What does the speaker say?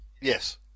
Yes